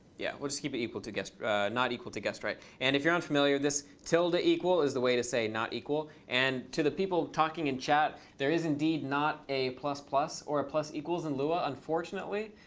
yeah, we'll just keep it equal to guessed not equal to guessed right. and if you're unfamiliar to this, tilde equal is the way to say not equal. and to the people talking in chat, there is indeed not a plus plus or a plus equals in lua, unfortunately.